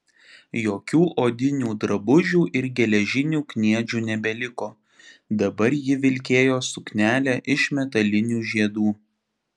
jokių odinių drabužių ir geležinių kniedžių nebeliko dabar ji vilkėjo suknelę iš metalinių žiedų